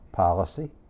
Policy